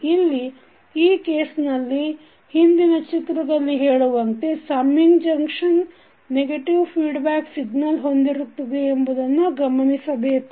ಇಲ್ಲಿ ಈ ಕೇಸ್ನಲ್ಲಿ ಹಿಂದಿನ ಚಿತ್ರದಲ್ಲಿ ಹೇಳುವಂತೆ summing junction negative feedback signal ಹೊಂದಿರುತ್ತದೆ ಎಂಬುದನ್ನು ಗಮನಿಸಬೇಕು